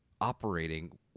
operating